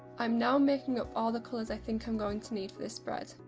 i'm now making up all the colours i think i'm going to need for this spread.